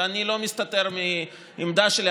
ואני לא מסתתר מהעמדה שלי,